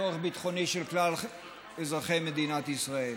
צורך ביטחוני של כלל אזרחי מדינת ישראל.